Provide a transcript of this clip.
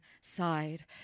side